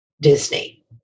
Disney